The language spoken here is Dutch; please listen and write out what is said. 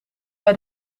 bij